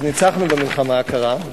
אז ניצחנו במלחמה הקרה,